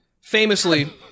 famously